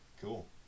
Cool